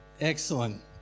Excellent